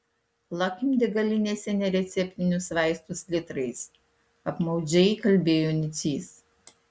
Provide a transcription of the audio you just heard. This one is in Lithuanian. lakim degalinėse nereceptinius vaistus litrais apmaudžiai kalbėjo nicys